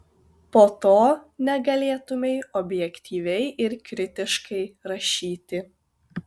po to negalėtumei objektyviai ir kritiškai rašyti